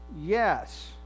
Yes